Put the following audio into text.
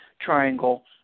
triangle